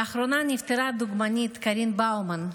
לאחרונה נפטרה הדוגמנית קארין באומן,